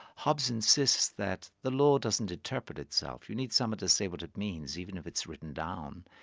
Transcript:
hobbes insists that the law doesn't interpret itself, you need someone to say what it means even if it's written down,